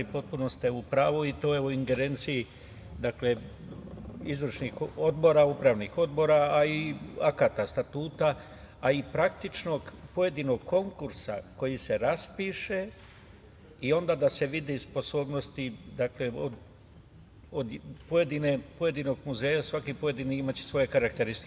Potpuno ste u pravu i to je u ingerenciji izvršnih odbora, upravnih odbora, a i akata statuta, a i praktičnog pojedinog konkursa koji se raspiše i onda da se vide sposobnosti pojedinog muzeja, svaki pojedini imaće svoje karakteristike.